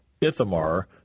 Ithamar